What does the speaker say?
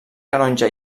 canonge